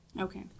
Okay